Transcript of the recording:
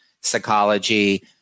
psychology